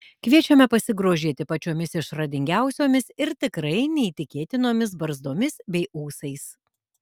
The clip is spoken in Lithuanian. kviečiame pasigrožėti pačiomis išradingiausiomis ir tikrai neįtikėtinomis barzdomis bei ūsais